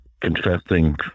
confessing